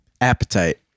Appetite